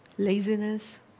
laziness